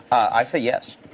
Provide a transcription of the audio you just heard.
i say, yes.